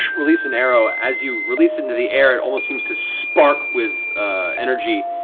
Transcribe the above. release an arrow. as you release it into the air, it almost seems to spark with energy.